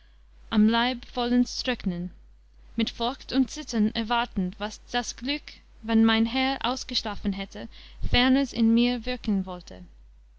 am leib vollends trücknen mit forcht und zittern erwartend was das glück wann mein herr ausgeschlafen hätte ferners in mir würken wollte